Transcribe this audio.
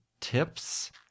tips